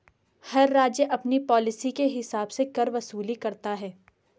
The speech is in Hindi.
हर राज्य अपनी पॉलिसी के हिसाब से कर वसूली करता है